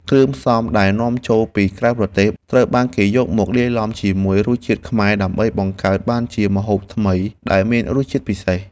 គ្រឿងផ្សំដែលនាំចូលពីក្រៅប្រទេសត្រូវបានគេយកមកលាយឡំជាមួយរសជាតិខ្មែរដើម្បីបង្កើតបានជាម្ហូបថ្មីដែលមានរសជាតិពិសេស។